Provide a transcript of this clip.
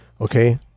okay